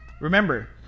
remember